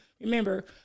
remember